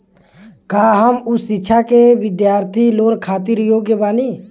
का हम उच्च शिक्षा के बिद्यार्थी लोन खातिर योग्य बानी?